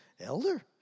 Elder